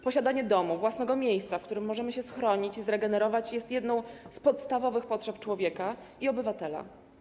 Posiadanie domu, własnego miejsca, w którym możemy się schronić i zregenerować, jest jedną z podstawowych potrzeb człowieka i obywatela.